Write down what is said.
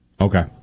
Okay